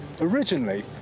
originally